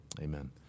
Amen